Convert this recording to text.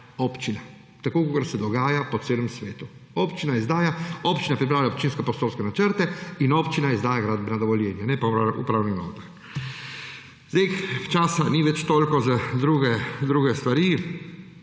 občina, tako kot se dogaja po celem svetu. Občina pripravlja občinske prostorske načrte in občina izdaja gradbena dovoljenja, ne pa upravna enota. Časa ni več toliko za druge stvari,